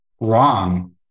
wrong